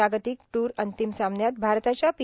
जागतिक ट्र अंतिम सामन्यात भारताच्या पी